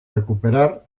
recuperar